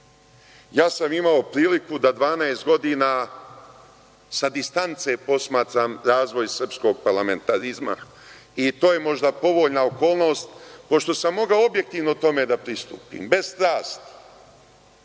Imao sam priliku da 12 godina sa distance posmatram razvoj srpskog parlamentarizma, i to je možda povoljna okolnost, pošto sam mogao objektivno tome da pristupim, bez strasti.